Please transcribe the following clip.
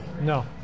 no